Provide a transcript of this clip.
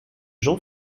jean